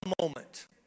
moment